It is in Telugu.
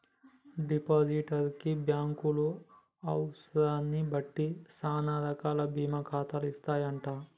డిపాజిటర్ కి బ్యాంకులు అవసరాన్ని బట్టి సానా రకాల బీమా ఖాతాలు ఇస్తాయంట